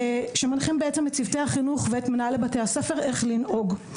שמנחים את צוותי החינוך ואת מנהלי בתי הספר איך לנהוג.